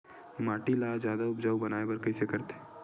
माटी ला जादा उपजाऊ बनाय बर कइसे करथे?